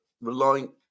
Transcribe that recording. relying